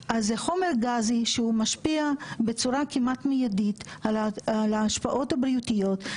זה חומר גזי שמשפיע כמעט בצורה מיידית על השפעות בריאותיות,